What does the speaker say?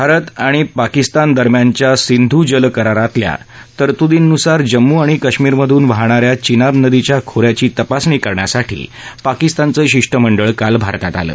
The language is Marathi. भारत आणि पाकिस्तानदरम्यानच्या सिंधू जल करारातल्या तरतुदींनुसार जम्मू आणि काश्मीरमधून वाहणाऱ्या चिनाब नदीच्या खोऱ्याची तपासणी करण्यासाठी पाकिस्तानचं शिष्टमंडळ काल भारतात आलं